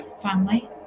family